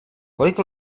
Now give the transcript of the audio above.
kolik